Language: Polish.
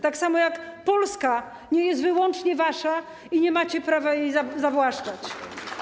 Tak samo jak Polska nie jest wyłącznie wasza i nie macie prawa jej zawłaszczać.